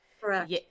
correct